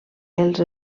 els